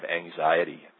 anxiety